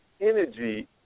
energy